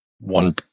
one